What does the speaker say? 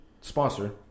sponsor